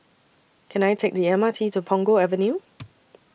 Can I Take The M R T to Punggol Avenue